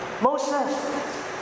moses